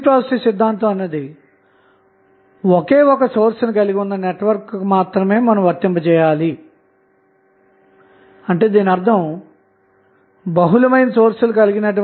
సరే ఆధారితమైన సోర్స్ లు కలిగి ఉన్నప్పుడు VTh RTh మరియు RL యొక్క విలువలను ఎలా కనుక్కోవాలో చూద్దాము